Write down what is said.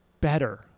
better